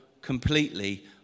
completely